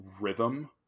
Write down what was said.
rhythm